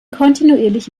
kontinuierlich